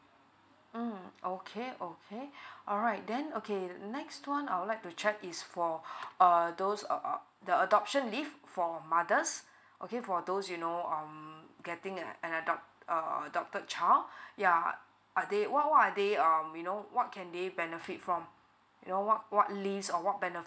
mm okay okay alright then okay next one I would like to check is for err those err err the adoption leave for mothers okay for those you know um getting and adopt err adopted child yeah are they what what are they um you know what can they benefit from your know what what leaves or what benefits